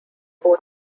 both